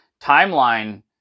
timeline